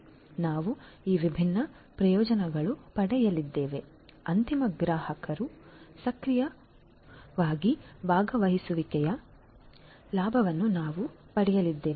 ಆದ್ದರಿಂದ ನಾವು ಈ ವಿಭಿನ್ನ ಪ್ರಯೋಜನಗಳನ್ನು ಪಡೆಯಲಿದ್ದೇವೆ ಅಂತಿಮ ಗ್ರಾಹಕರ ಸಕ್ರಿಯ ಭಾಗವಹಿಸುವಿಕೆಯ ಲಾಭವನ್ನು ನಾವು ಪಡೆಯಲಿದ್ದೇವೆ